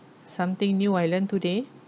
something new I learn today